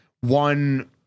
one